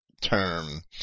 term